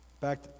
Back